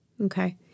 Okay